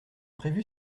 prévu